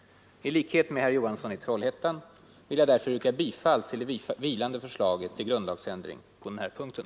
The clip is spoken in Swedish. I likhet med herr Johansson i Trollhättan vill jag därför yrka bifall till det vilande förslaget till grundlagsändring på den här punkten.